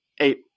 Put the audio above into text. Eight